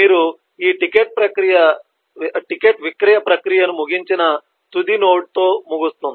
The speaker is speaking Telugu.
మీరు ఈ టికెట్ విక్రయ ప్రక్రియను ముగించిన తుది నోడ్ తో ముగుస్తుంది